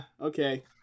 Okay